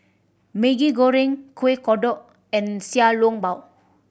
Maggi Goreng Kuih Kodok and Xiao Long Bao